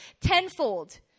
tenfold